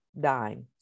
dying